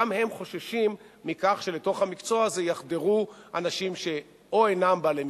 גם הם חוששים מכך שלתוך המקצוע הזה יחדרו אנשים שאו אינם בעלי מקצוע,